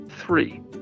Three